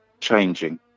changing